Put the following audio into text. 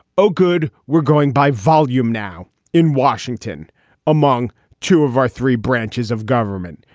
oh, good. we're going by volume now in washington among two of our three branches of government.